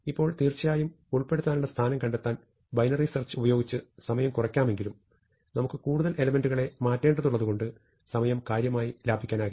ഇപ്പോൾ തീർച്ചയായും ഉൾപ്പെടുത്താനുള്ള സ്ഥാനം കണ്ടെത്താൻ ബൈനറി സെർച്ച് ഉപയോഗിച്ച് സമയം കുറക്കാമെങ്കിലും നമുക്ക് കൂടുതൽ എലെമെന്റുകളെ മാറ്റേണ്ടതുള്ളതുകൊണ്ട് സമയം കാര്യമായി ലാഭിക്കാനാകില്ല